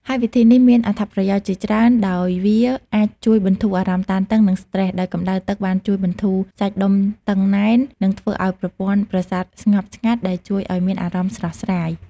ហើយវិធីនេះមានអត្ថប្រយោជន៍ជាច្រើន ដោយវាអាចជួយបន្ធូរអារម្មណ៍តានតឹង និងស្ត្រេស ដោយកម្ដៅទឹកបានជួយបន្ធូរសាច់ដុំតឹងណែន និងធ្វើឲ្យប្រព័ន្ធប្រសាទស្ងប់ស្ងាត់ ដែលជួយឲ្យមានអារម្មណ៍ស្រស់ស្រាយ។